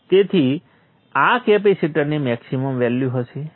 તેથી આ કેપેસિટરની મેક્સીમમ વેલ્યુ હશે